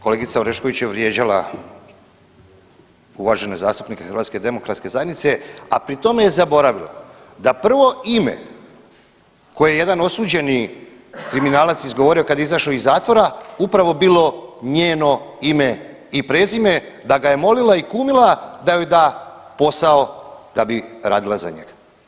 Kolegica Orešković je vrijeđala uvažene zastupnike HDZ-a, a pri tome je zaboravila da prvo ime koje je jedan osuđeni kriminalac izgovorio kad je izašao iz zatvora, upravo bilo njeno ime i prezime, da ga je molila i kumila da joj da posao da bi radila za njega.